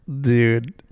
Dude